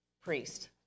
priest